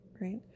right